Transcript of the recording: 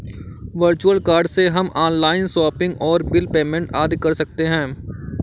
virtual card से हम online shopping और बिल पेमेंट आदि कर सकते है